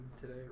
today